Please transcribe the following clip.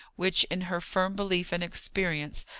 which, in her firm belief and experience,